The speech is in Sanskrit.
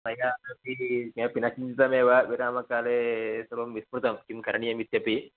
मया अपि किमपि न चिन्तितमेव विरामकाले सर्वं विस्मृतं किं करणीयमित्यपि